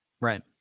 Right